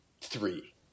three